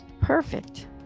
Perfect